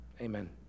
Amen